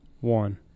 one